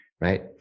Right